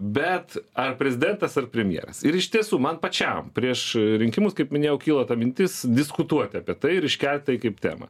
bet ar prezidentas ar premjeras ir iš tiesų man pačiam prieš rinkimus kaip minėjau kyla ta mintis diskutuoti apie tai ir iškelt tai kaip temą